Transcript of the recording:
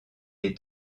est